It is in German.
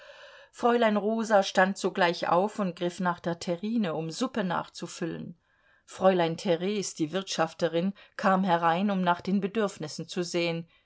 fräulein rosa stand sogleich auf und griff nach der terrine um suppe nachzufüllen fräulein theres die wirtschafterin kam herein um nach den bedürfnissen zu sehen